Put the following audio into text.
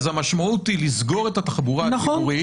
אז המשמעות היא לסגור את התחבורה הציבורית,